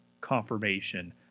confirmation